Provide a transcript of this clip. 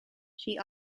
she